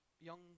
young